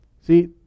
See